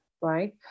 right